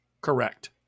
correct